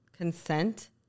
Consent